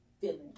feeling